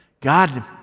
God